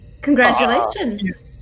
Congratulations